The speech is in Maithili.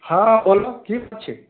हँ की बात छै